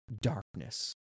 darkness